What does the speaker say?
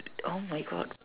oh my God